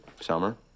Summer